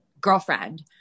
girlfriend